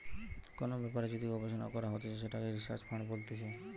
কোন ব্যাপারে যদি গবেষণা করা হতিছে সেটাকে রিসার্চ ফান্ড বলতিছে